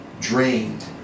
drained